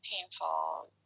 painful